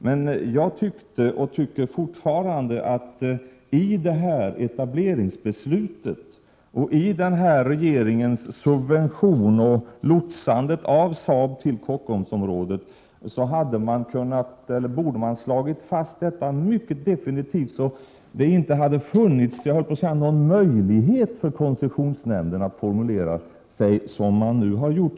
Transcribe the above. Men jag tyckte, och tycker fortfarande, att man i samband med det här etableringsbeslutet — och regeringens subvention och lotsandet av Saab till Kockumsområdet — borde ha slagit fast detta villkor definitivt, så att det inte hade funnits någon möjlighet för koncessionsnämnden att formulera sigsom Prot. 1987/88:92 man nu har gjort.